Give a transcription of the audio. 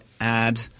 add –